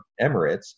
Emirates